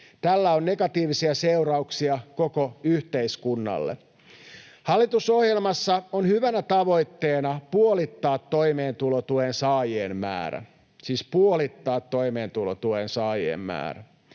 Tällä on negatiivisia seurauksia koko yhteiskunnalle. Hallitusohjelmassa on hyvänä tavoitteena puolittaa toimeentulotuen saajien määrä — siis puolittaa toimeentulotuen saajien määrä.